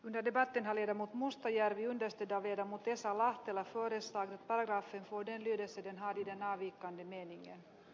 dedicated oli oma mustajärvi on pesty taveja muttesa lahtela tuodessaan parraksen vuoden yhdessä työnhakijana kannatan ed